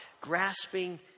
grasping